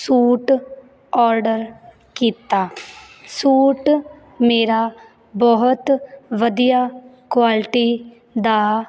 suit order ਕੀਤਾ suit ਮੇਰਾ ਬਹੁਤ ਵਧੀਆ ਕੁਆਲਿਟੀ ਦਾ